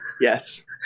Yes